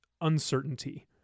uncertainty